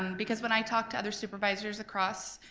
um because when i talk to other supervisors across,